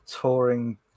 touring